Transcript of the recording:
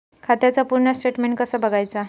खात्याचा पूर्ण स्टेटमेट कसा बगायचा?